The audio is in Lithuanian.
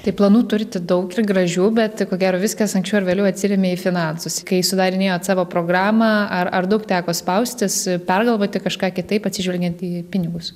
tai planų turite daug ir gražių bet ko gero viskas anksčiau ar vėliau atsiremia į finansus kai sudarinėjot savo programą ar ar daug teko spaustis pergalvoti kažką kitaip atsižvelgiant į pinigus